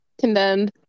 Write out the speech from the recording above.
Condemned